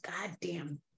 goddamn